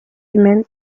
humaine